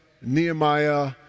Nehemiah